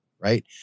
right